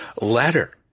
letter